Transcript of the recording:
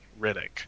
Riddick